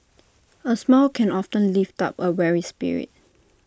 A smile can often lift up A weary spirit